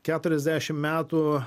keturiasdešimt metų